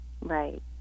Right